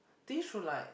they should like